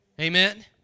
Amen